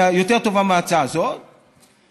יותר טובה מההצעה הזאת,